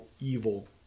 evil